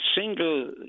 single